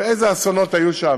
ואיזה אסונות היו שם,